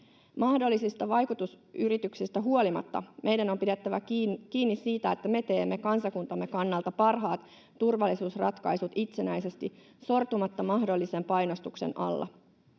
Mahdollisista vaikutusyrityksistä huolimatta meidän on pidettävä kiinni siitä, että me teemme kansakuntamme kannalta parhaat turvallisuusratkaisut itsenäisesti sortumatta mahdollisen painostuksen alla.